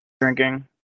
drinking